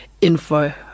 info